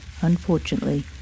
unfortunately